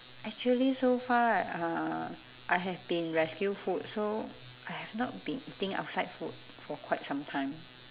actually so far uh I have been rescue food so I have not been eating outside food for quite some time